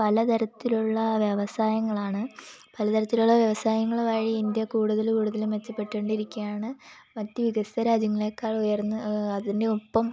പലതരത്തിലുള്ള വ്യവസായങ്ങളാണ് പലതരത്തിലുള്ള വ്യവസായങ്ങൾ വഴി ഇന്ത്യ കൂടുതൽ കൂടുതൽ മെച്ചപ്പെട്ടോണ്ടിരിക്കയാണ് മറ്റ് വികസിത രാജ്യങ്ങളേക്കാൾ ഉയർന്ന് അതിനൊപ്പം